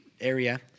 area